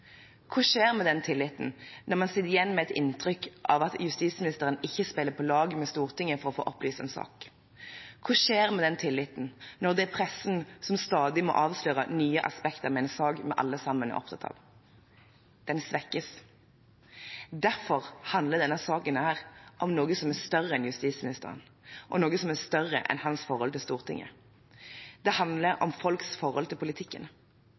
Hva skjer med den tilliten, når man sitter igjen med et inntrykk av at justisministeren ikke spiller på lag med Stortinget for å få opplyst en sak? Hva skjer med den tilliten når det er pressen som stadig må avsløre nye aspekter ved en sak vi alle er opptatt av? Den svekkes. Derfor handler denne saken om noe som er større enn justisministeren, og noe som er større enn hans forhold til Stortinget: Det handler om folks forhold til politikken.